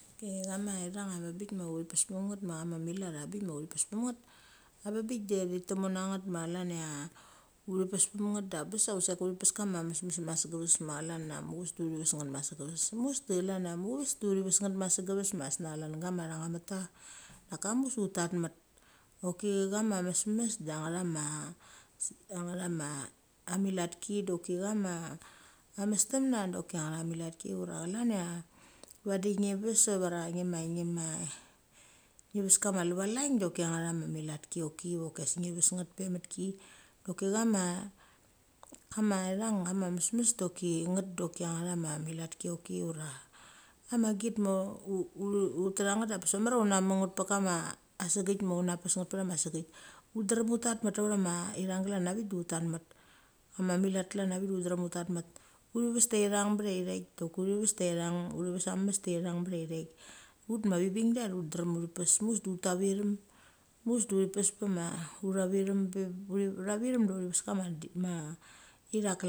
Choki chama uthang ava bik ma ut uthi pes pem nget ma chama milat ava bikma uthi pes pem nget. Ava bik de thi de chi tumunn na nget ma chlan ia uthi pesma nget da abes musek uthi pes kama mes mes ma sege ves ma chlar ia mucheves ma chlan ia mucheves de uthi ves nget masegeves ma gisnia chlan gama thangmeta. Daka mucheves de ut tat met. Choki chama mesmes da ang chama amilatki doki chama amesta dok tha milatki ira chlan ia vadi ngi ves ura ngima ngi veskama lucha laing doki angama milatki choki asik te ves nget pe mat ki. Doki chama thang mesmes doki nget doki anghta milatki choki ura ama git ma ut thach nget de bes mamar una munget pek kama asegek haik ma una pes nget pe kama segekhaik. Ut ma ithang glan na vik de ut drem ut tat met ma muat kian na vik de ut drem ut tat met. Uthi ves ta ithang, ma uthaik dechoki uthi ves ta uthang met tahiak. Ut ma vibing da ut drem uthi pes muscheves de uta vichemem utho vechem du uthi ves kama ithak